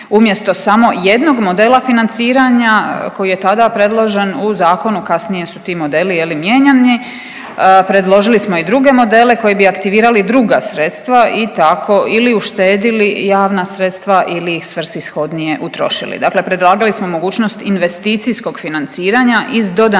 Umjesto samo jednog modela financiranja koji je tada predložen u zakonu, kasnije su ti modeli, je li, mijenjani, predložili smo i druge modele koji bi aktivirali druga sredstva i tako ili uštedili javna sredstva ili iz svrsishodnije utrošili. Dakle predlagali smo mogućnost investicijskog financiranja iz dodane